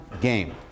game